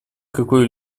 какой